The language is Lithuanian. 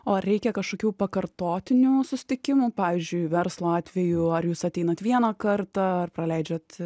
o reikia kažkokių pakartotinių susitikimų pavyzdžiui verslo atvejų ar jūs ateinat vieną kartą ar praleidžiat